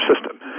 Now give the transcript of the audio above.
system